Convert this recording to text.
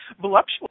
voluptuous